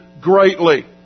greatly